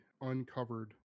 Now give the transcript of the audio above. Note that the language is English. uncovered